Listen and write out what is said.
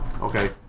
Okay